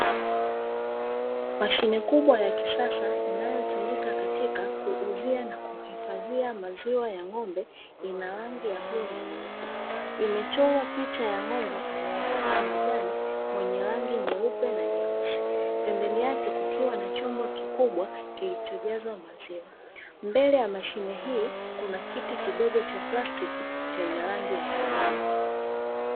Mashine kubwa ya kisasa inayotumika katika kuuzia na kuhifadhia maziwa ya ng'ombe, ina rangi ya bluu na nyeupe. Imechorwa picha ya ng'ombe anayekula majani, mwenye rangi nyeupe na nyeusi. Pembeni yake kukiwa na chombo kikubwa kilichojaa maziwa. Mbele ya mashine hii kuna kiti kidogo cha plastiki chenye rangi ya kijani.